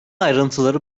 ayrıntıları